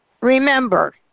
remember